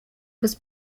was